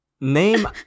name